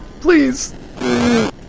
Please